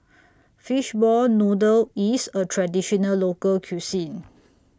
Fishball Noodle IS A Traditional Local Cuisine